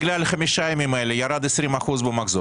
אם הוא, בגלל חמישה הימים האלה, ירד 20% במחזור?